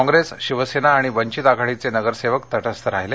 कॉप्रेस शिवसेना आणि वंचीत आघाडीचे नगरसेवक तटस्थ राहिले